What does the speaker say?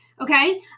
okay